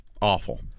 awful